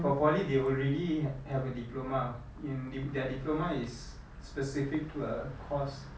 for poly they already have a diploma in dip~ their diploma is specific to a course